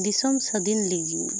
ᱫᱤᱥᱚᱢ ᱥᱟᱹᱫᱷᱤᱱ ᱞᱟᱹᱜᱤᱱ